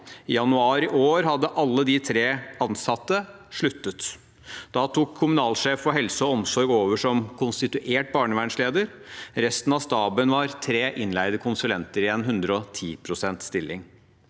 I januar i år hadde alle de tre ansatte sluttet. Da tok kommunalsjef for helse og omsorg over som konstituert barnevernsleder. Resten av staben var tre innleide konsulenter i en 110 pst. stilling.